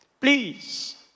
Please